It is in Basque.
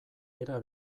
era